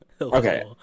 Okay